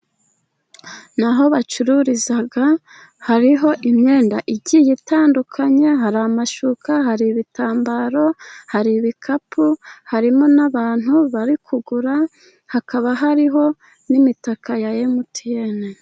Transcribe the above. Ni aho bacururiza hariho imyenda igiye itandukanye, hari amashuka, hari ibitambaro, hari ibikapu, harimo n'abantu bari kugura, hakaba hariho n'imitaka ya emutiyeni.